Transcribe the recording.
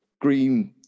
green